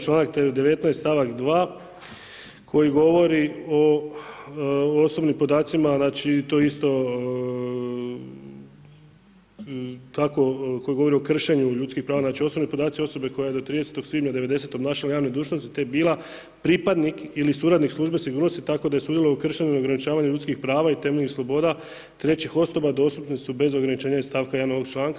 Članak 19. stavak 2. koji govori o osobnim podacima, znači to isto koji govori o kršenju ljudskih prava znači osobni podaci osobe koja je do 30. svibnja 90. obnašala javne dužnosti te bila pripadnik ili suradnik službe sigurnosti tako da je sudjelovala u kršenju i ograničavanju ljudskih prava i temeljnih sloboda trećih osoba, dostupni su bez ograničenja iz stavka 1. ovoga članka.